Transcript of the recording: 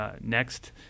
next